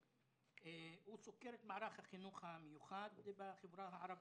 הוא סוקר את מערך החינוך המיוחד בחברה הערבית.